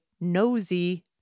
nosy